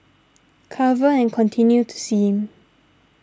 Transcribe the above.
cover and continue to steam